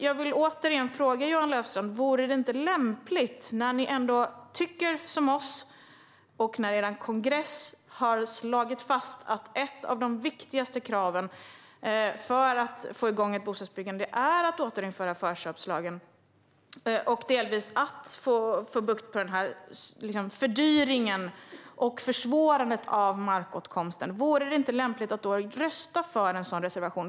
Jag vill återigen fråga Johan Löfstrand: När ni ändå tycker som vi och er kongress har slagit fast att ett av de viktigaste kraven för att få igång bostadsbyggandet är att återinföra förköpslagen och delvis få bukt med fördyringen och försvårandet av markåtkomsten, vore det då inte lämpligt att rösta för en sådan reservation?